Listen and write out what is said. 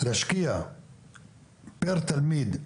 להשקיע פר תלמיד,